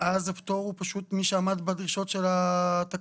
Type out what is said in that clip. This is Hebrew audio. ואז הפטור הוא פשוט מי שעמד בדרישות של התקנות.